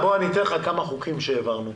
אני אפרט כמה חוקים שהעברנו: